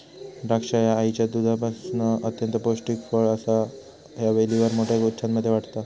द्राक्षा ह्या आईच्या दुधासमान अत्यंत पौष्टिक फळ असा ह्या वेलीवर मोठ्या गुच्छांमध्ये वाढता